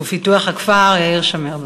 ופיתוח הכפר יאיר שמיר.